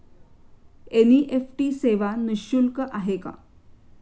NEFT सेवा निःशुल्क आहे का?